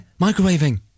microwaving